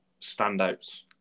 standouts